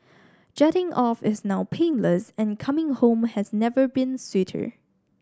jetting off is now painless and coming home has never been sweeter